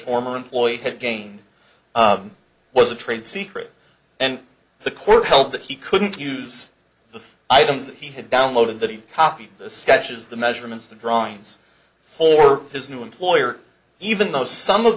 former employee had again was a trade secret and the court held that he couldn't use the items that he had downloaded that he copied the sketches the measurements the drawings for his new employer even though some of